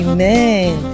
Amen